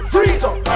Freedom